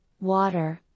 water